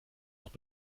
noch